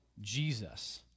Jesus